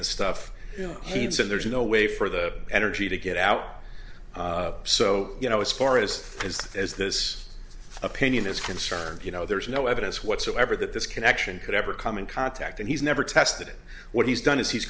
the stuff and there's no way for the energy to get out so you know as far as is as this opinion is concerned you know there is no evidence whatsoever that this connection could ever come in contact and he's never tested it what he's done is he's